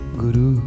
guru